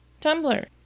Tumblr